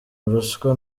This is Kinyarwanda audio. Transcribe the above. ruswa